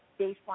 baseline